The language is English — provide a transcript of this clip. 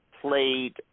played